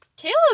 Caleb